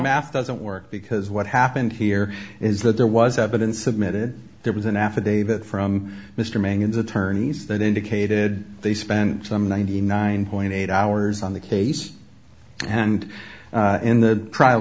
math doesn't work because what happened here is that there was evidence submitted there was an affidavit from mr megan's attorneys that indicated they spent some ninety nine point eight hours on the case and in the trial